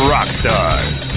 Rockstars